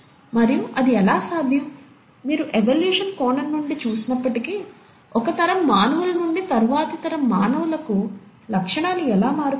మరియు అది ఎలా సాధ్యం మీరు ఎవల్యూషన్ కోణం నుండి చూసినప్పటికీ ఒక తరం మానవుల నుండి తరువాతి తరం మానవులకు లక్షణాలు ఎలా మారుతున్నాయి